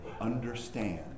understand